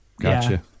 gotcha